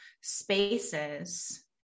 spaces